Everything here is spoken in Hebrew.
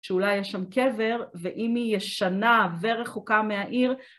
שאולי יש שם קבר, ואם היא ישנה ורחוקה מהעיר...